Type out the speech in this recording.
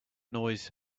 noise